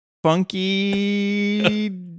Funky